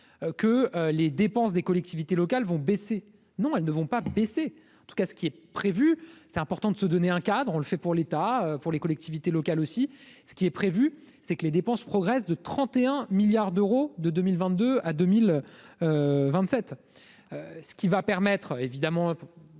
que les dépenses des collectivités locales vont baisser, non elle ne vont pas baisser, en tout cas ce qui est prévu, c'est important de se donner un cadre, on le fait pour l'État pour les collectivités locales aussi, ce qui est prévu, c'est que les dépenses progressent de 31 milliards d'euros de 2022 à 2027 ce qui va permettre évidemment